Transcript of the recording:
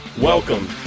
Welcome